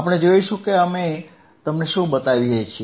આપણે જોઈશું કે અમે તમને શું બતાવી શકીએ છીએ